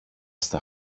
στα